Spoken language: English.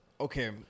Okay